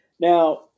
Now